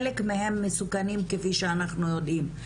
חלק מהם מסוכנים כפי שאנחנו יודעים.